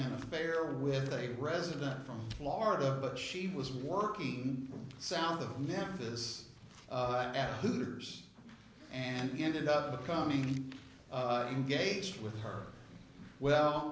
an affair with a resident from florida but she was working south of memphis at hooters and ended up coming to engage with her well